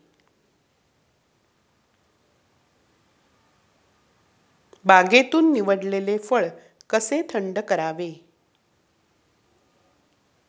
बागेतून निवडलेले फळ कसे थंड करावे?